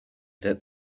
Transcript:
that